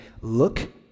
look